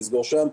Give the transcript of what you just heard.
לסגור שם.